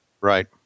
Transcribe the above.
Right